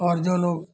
और जो लोग